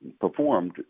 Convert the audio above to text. performed